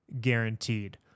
guaranteed